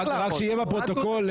רק שיהיה בפרוטוקול,